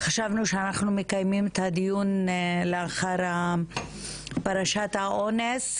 חשבנו שאנחנו מקיימים את הדיון לאחר פרשת האונס,